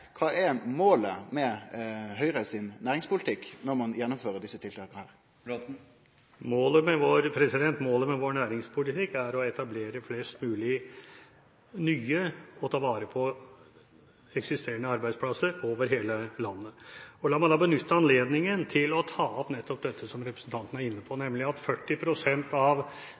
Kva er målet med næringspolitikken til Høgre – når ein gjennomfører desse tiltaka? Målet med vår næringspolitikk er å etablere flest mulig nye – og ta vare på eksisterende – arbeidsplasser over hele landet. La meg benytte anledningen til å ta opp nettopp det som representanten var inne på, nemlig at 40 pst. av